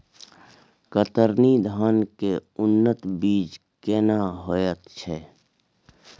कतरनी धान के उन्नत बीज केना होयत छै?